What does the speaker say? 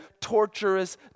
torturous